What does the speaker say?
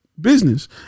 business